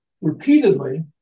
repeatedly